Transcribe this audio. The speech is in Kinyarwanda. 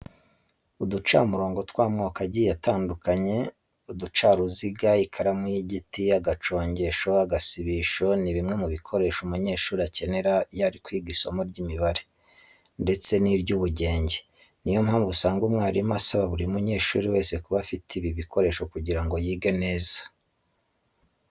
Uducamurongo tw'amoko agiye atandukanye, uducaruziga, ikaramu y'igiti, agacongesho n'agasibisho ni bimwe mu bikoresho umunyeshuri akenera iyo ari kwiga isomo ry'imibare ndetse n'iry'ubugenge. Ni yo mpamvu usanga umwarimu asaba buri munyeshuri wese kuba afite ibi bikoresho kugira ngo yige neza.